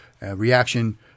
reaction